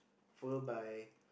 followed by